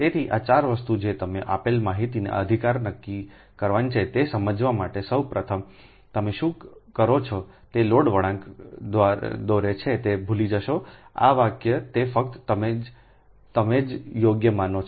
તેથી આ 4 વસ્તુ જે તમે આપેલ માહિતીના આધારે નક્કી કરવાની છે તે સમજવા માટે સૌ પ્રથમ તમે શું કરો છો તે લોડ વળાંક દોરે છે તે ભૂલી જશો આ વાક્ય તે ફક્ત તમે જ યોગ્ય માનો છો